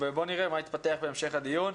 בוא נראה מה יתפתח בהמשך הדיון.